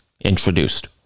introduced